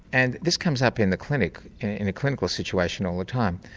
and this comes up in the clinic, in a clinical situation all the time.